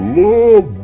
love